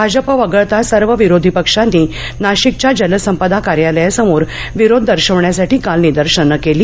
भाजप वगळता सर्व विरोधी पक्षांनी नाशिकच्या जलसंपदा कार्यालयासमोर विरोध दर्शवण्यासाठी काल निदर्शनं केली